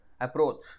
approach